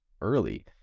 early